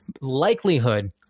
likelihood